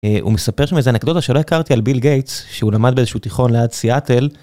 הוא מספר שם איזה אנקדוטה שלא הכרתי על ביל גייטס שהוא למד באיזה שהוא תיכון ליד סיאטל.